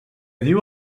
diu